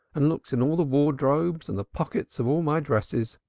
and looks in all the wardrobes and the pockets of all my dresses.